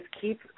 keep